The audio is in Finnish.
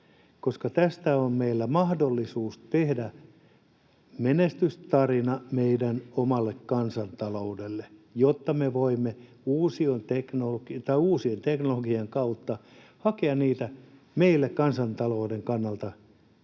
tehdä. Tästä meillä on mahdollisuus tehdä menestystarina meidän omalle kansantaloudelle, jotta me voimme uusien teknologioiden kautta hakea niitä meille kansantalouden kannalta